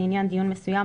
לעניין דיון מסוים,